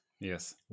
Yes